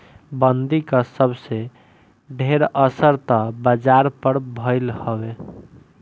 बंदी कअ सबसे ढेर असर तअ बाजार पअ भईल हवे